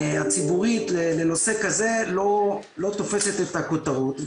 הציבורית, לנושא כזה לא תופסת את הכותרות.